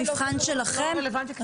היא לא רלוונטית בחו"ל.